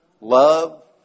Love